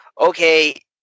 okay